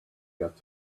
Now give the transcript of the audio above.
got